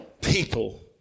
people